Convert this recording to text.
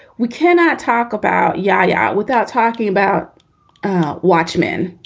we cannot talk about ja ja without talking about watchmen.